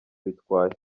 bitwaye